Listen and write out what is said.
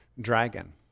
dragon